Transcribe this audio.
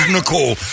Nicole